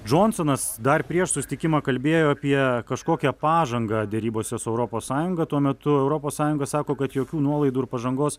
džonsonas dar prieš susitikimą kalbėjo apie kažkokią pažangą derybose su europos sąjunga tuo metu europos sąjunga sako kad jokių nuolaidų ir pažangos